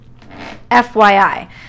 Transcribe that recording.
FYI